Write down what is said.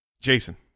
Jason